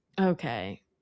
Okay